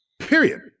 Period